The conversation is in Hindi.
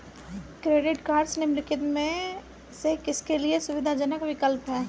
क्रेडिट कार्डस निम्नलिखित में से किसके लिए सुविधाजनक विकल्प हैं?